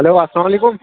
hello السلام علیکم